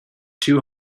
two